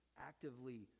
actively